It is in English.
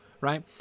right